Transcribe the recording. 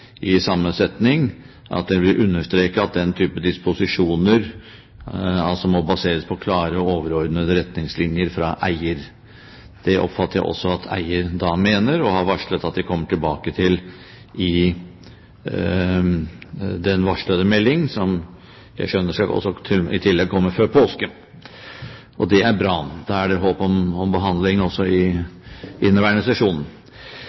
i samme setning at den «vil understreke at den type disposisjoner må baseres på klare, overordnede retningslinjer fra eier». Det oppfatter jeg slik at også eier mener og har varslet at en kommer tilbake til i den melding som jeg skjønner skal komme før påske. Det er bra. Da er det håp om behandling også i inneværende sesjon.